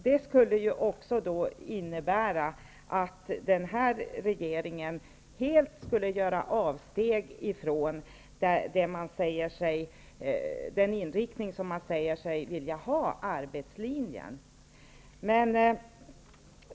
Det skulle också innebära att regeringen helt skulle göra avsteg från den inriktning som man säger sig ha, nämligen arbetslinjen.